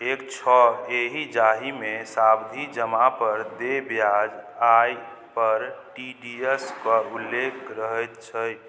एक छओ एहि जाहिमे सावधि जमापर देय ब्याज आयपर टी डी एस पर उल्लेख रहैत छै